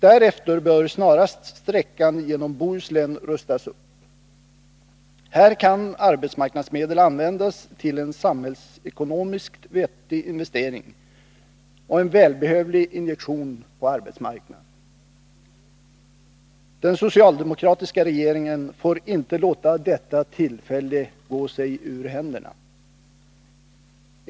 Därefter bör snarast sträckan genom Bohuslän rustas upp. Här kan arbetsmarknadsmedel användas till en samhällsekonomiskt vettig investering och en välbehövlig injektion på arbetsmarknaden. Den socialdemokratiska regeringen får inte låta detta tillfälle gå sig ur händerna.